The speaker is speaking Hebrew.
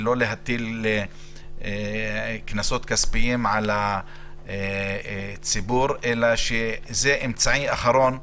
ולא להטיל קנסות כספיים על הציבור אלא כאמצעי אחרון.